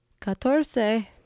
Catorce